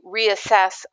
reassess